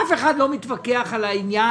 אף אחד לא מתווכח על העניין.